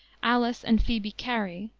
alice and phoebe cary,